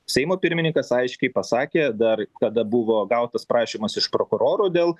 seimo pirmininkas aiškiai pasakė dar kada buvo gautas prašymas iš prokurorų dėl